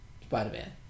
Spider-Man